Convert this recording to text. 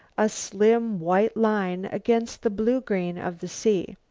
a slim white line against the blue-green of the sea.